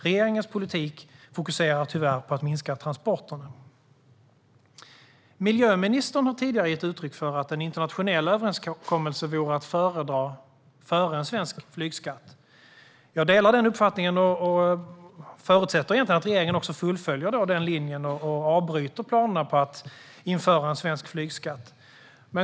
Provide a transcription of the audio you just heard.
Regeringens politik fokuserar tyvärr på att minska transporterna. Miljöministern har tidigare gett uttryck för att en internationell överenskommelse vore att föredra före en svensk flygskatt. Jag delar den uppfattningen, och jag förutsätter att regeringen också fullföljer linjen och avbryter planerna på att införa en svensk flygskatt.